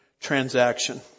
transaction